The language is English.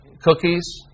Cookies